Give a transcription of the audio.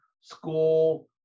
school